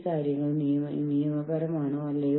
കാരണം സിസ്റ്റം അങ്ങനെയാണ്